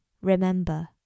Remember